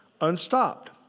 unstopped